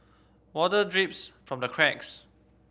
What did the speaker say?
water drips from the cracks